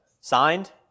Signed